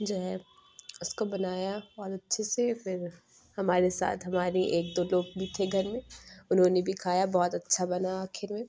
جو ہے اُس کو بنایا بہت اچھے سے پھر ہمارے ساتھ ہمارے ایک دو لوگ بھی تھے گھر میں اُنہوں نے بھی کھایا بہت اچھا بنا آخر میں